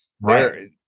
right